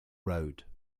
road